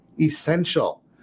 essential